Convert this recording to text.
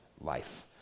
life